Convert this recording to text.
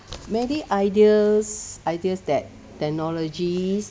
many ideas ideas that technologies